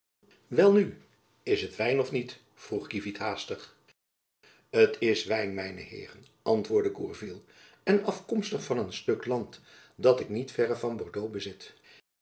welnu is het wijn of niet vroeg kievit haastig jacob van lennep elizabeth musch het is wijn mijne heeren antwoordde gourville en afkomstig van een stuk land dat ik niet verre van bordeaux bezit